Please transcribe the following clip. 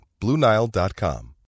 BlueNile.com